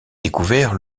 découvert